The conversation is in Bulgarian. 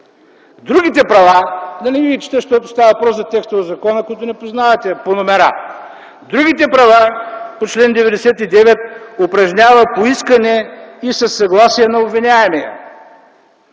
Другите права – да не ги чета, защото става въпрос за текстове от закона, които не познавате по номера, та другите права по чл. 99 упражнява по искане и със съгласие на обвиняемия.